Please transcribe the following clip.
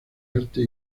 arte